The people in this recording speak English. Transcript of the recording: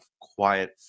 quiet